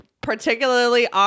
particularly